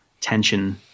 tension